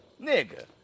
Nigga